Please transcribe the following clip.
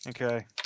Okay